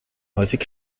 häufig